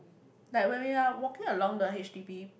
like when we are walking along the H_D_B